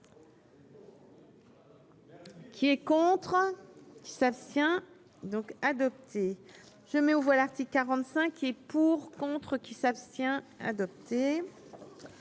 Qui est contre qui s'abstient donc adopté je mets aux voix, l'article 45 et pour contre qui s'abstient adopté